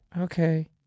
Okay